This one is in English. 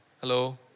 Hello